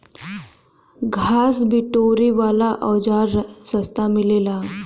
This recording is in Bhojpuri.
घास बिटोरे वाला औज़ार सस्ता मिलेला